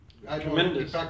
Tremendous